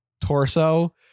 torso